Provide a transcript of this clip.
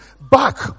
back